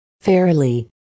fairly